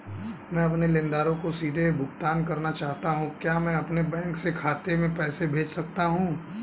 मैं अपने लेनदारों को सीधे भुगतान करना चाहता हूँ क्या मैं अपने बैंक खाते में पैसा भेज सकता हूँ?